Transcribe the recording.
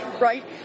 right